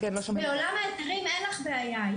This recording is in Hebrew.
בעולם ההיתרים אין לך בעיה.